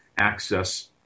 access